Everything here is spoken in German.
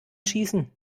schießen